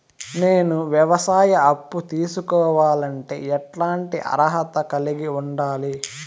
నేను వ్యవసాయ అప్పు తీసుకోవాలంటే ఎట్లాంటి అర్హత కలిగి ఉండాలి?